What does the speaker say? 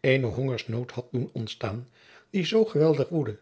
eenen hongersnood had doen ontstaan die zoo geweldig woedde